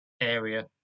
area